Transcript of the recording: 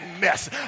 mess